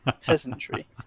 peasantry